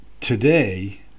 today